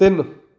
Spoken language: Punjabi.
ਤਿੰਨ